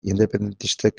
independentistek